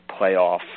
playoff